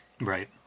Right